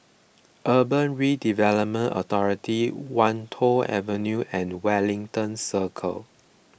Urban Redevelopment Authority Wan Tho Avenue and Wellington Circle